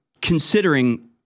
considering